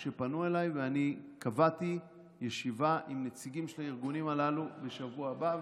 אני קבעתי ישיבה עם נציגים של הארגונים הללו בשבוע הבא,